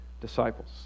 disciples